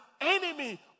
enemy